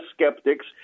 skeptics